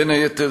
בין היתר,